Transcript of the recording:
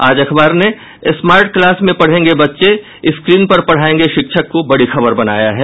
आज अखबार ने स्मार्ट क्लास में पढ़ेंगे बच्चे स्क्रीन पर पढ़ायेंगे शिक्षक को बड़ी खबर बनाया है